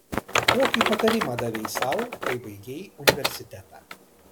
kokį patarimą davei sau kai baigei universitetą